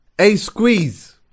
A-Squeeze